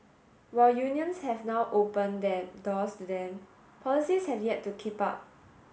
while unions have now opened their doors to them policies have yet to keep up